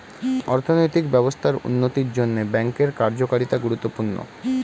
অর্থনৈতিক ব্যবস্থার উন্নতির জন্যে ব্যাঙ্কের কার্যকারিতা গুরুত্বপূর্ণ